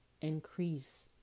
increase